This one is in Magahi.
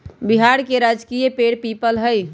बिहार के राजकीय पेड़ पीपल हई